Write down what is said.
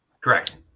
Correct